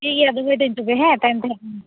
ᱴᱷᱤᱠ ᱜᱮᱭᱟ ᱫᱚᱦᱚᱭᱮᱫᱟᱹᱧ ᱛᱚᱵᱮ ᱦᱮᱸ ᱛᱟᱭᱚᱢ ᱛᱮᱦᱟᱸᱜ